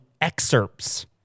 excerpts